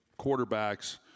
quarterbacks